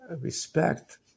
respect